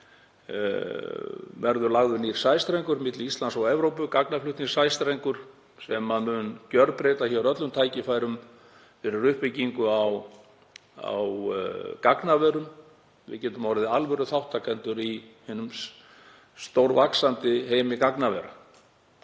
ári verði lagður nýr sæstrengur milli Íslands og Evrópu, gagnaflutningssæstrengur, sem mun gjörbreyta öllum tækifærum fyrir uppbyggingu á gagnaverum. Við getum orðið alvöruþátttakendur í hinum sístækkandi heimi gagnavera.